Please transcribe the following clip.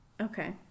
Okay